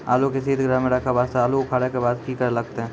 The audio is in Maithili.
आलू के सीतगृह मे रखे वास्ते आलू उखारे के बाद की करे लगतै?